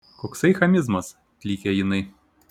koksai chamizmas klykia jinai